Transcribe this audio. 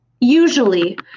usually